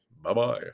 Bye-bye